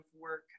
work